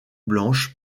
blanches